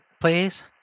please